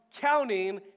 counting